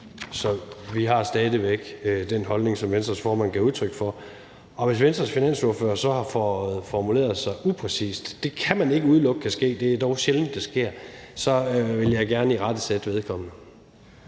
så vi har stadig væk den holdning, som Venstres formand gav udtryk for. Hvis Venstres finansordfører så har formuleret sig upræcist – det kan man ikke udelukke kan ske; det er dog sjældent, det sker – vil jeg gerne irettesætte vedkommende.